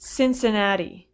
Cincinnati